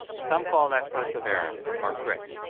some call that perseverance, or grit.